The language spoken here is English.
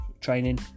training